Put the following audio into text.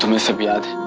um disappeared.